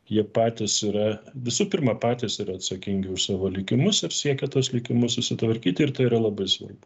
jie patys yra visų pirma patys yra atsakingi už savo likimus ir siekia tuos likimus susitvarkyti ir tai yra labai svarbu